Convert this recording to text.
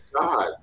God